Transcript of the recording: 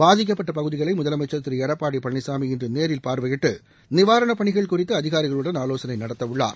பாதிக்கப்பட்ட பகுதிகளை முதலமைச்சர் திரு எடப்பாடி பழனிசாமி இன்று நேரில் பார்வையிட்டு நிவாரணப் பணிகள் குறித்து அதிகாரிகளுடன் ஆவோசனை நடத்த உள்ளார்